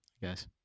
Yes